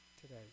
today